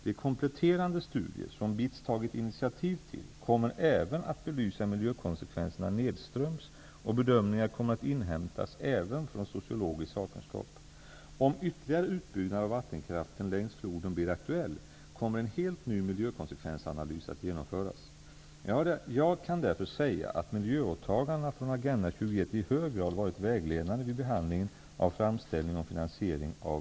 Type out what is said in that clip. De kompletterande studier, som BITS tagit initiativ till, kommer även att belysa miljökonsekvenserna nedströms, och bedömningar kommer att inhämtas även från sociologisk sakkunskap. Om ytterligare utbyggnad av vattenkraften längs floden blir aktuell kommer en helt ny miljökonsekvensanalys att genomföras. Jag kan därför säga att miljöåtagandena från Agenda 21 i hög grad varit vägledande vid behandlingen av framställningen om finansiering av